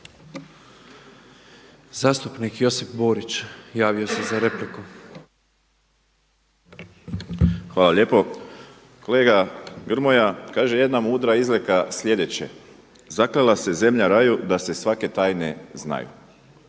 Zastupnik Josip Borić javio se za repliku. **Borić, Josip (HDZ)** Hvala lijepo. Kolega Grmoja, kaže jedna mudra izreka, sljedeće, „Zaklela se zemlja raju da se svake tajne znaju!“.